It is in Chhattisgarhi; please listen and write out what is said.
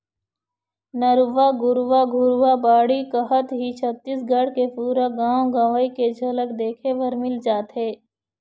नरूवा, गरूवा, घुरूवा, बाड़ी कहत ही छत्तीसगढ़ के पुरा गाँव गंवई के झलक देखे बर मिल जाथे